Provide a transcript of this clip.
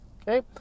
Okay